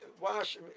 wash